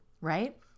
right